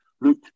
Luke